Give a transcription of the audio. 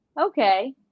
okay